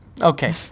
Okay